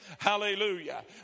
Hallelujah